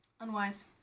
Unwise